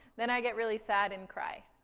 then i get really sad and cry.